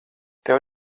tev